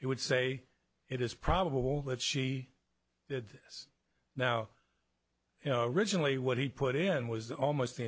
he would say it is probable that she did this now originally what he put in was almost the